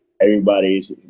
everybody's